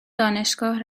دانشگاه